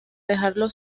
dejarlo